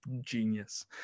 genius